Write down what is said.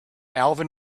alvin